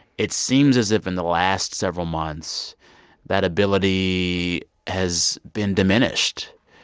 it seems as if in the last several months that ability has been diminished.